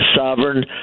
sovereign